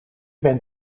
ben